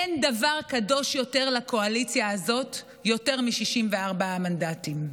אין דבר קדוש לקואליציה הזאת יותר מ-64 מנדטים.